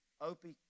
opie